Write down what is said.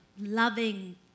loving